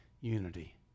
unity